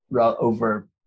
over